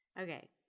Okay